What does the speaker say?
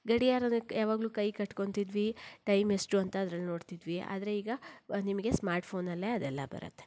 ಗಡಿಯಾರನ ಯಾವಾಗಲೂ ಕೈಕಟ್ಕೊತಿದ್ವಿ ಟೈಮೆಷ್ಟು ಅಂತ ಅದರಲ್ಲಿ ನೋಡ್ತಿದ್ವಿ ಆದರೆ ಈಗ ನಿಮಗೆ ಸ್ಮಾರ್ಟ್ ಫೋನ್ನಲ್ಲೇ ಅದೆಲ್ಲ ಬರತ್ತೆ